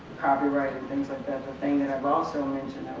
copyright and things like that. the thing that i've also mentioned,